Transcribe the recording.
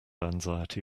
anxiety